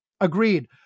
Agreed